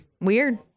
Weird